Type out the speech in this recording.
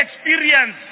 experience